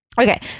Okay